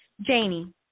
janie